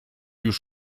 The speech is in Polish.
już